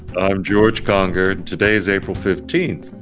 i'm george conger. today is april fifteenth,